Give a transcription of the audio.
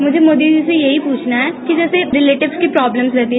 मुझे मोदी जी से यही पूछना है कि जैसे रिलेटिबस की प्रॅब्लम रहती है